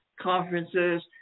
conferences